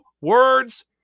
words